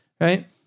Right